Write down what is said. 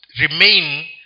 remain